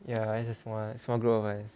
ya it's just one small group of us